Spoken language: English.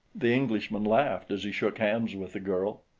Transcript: the englishman laughed as he shook hands with the girl.